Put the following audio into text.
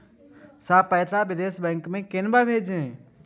Sir पैसा विदेशी bank में केना भेजबे?